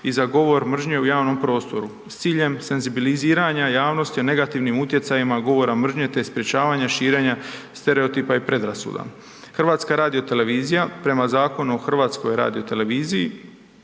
i za govor mržnje u javnom prostoru s ciljem senzibiliziranja javnosti o negativnim utjecajima govora mržnje te sprječavanja širenja stereotipa i predrasuda. HRT prema Zakonu o HRT-u, u ostvarivanju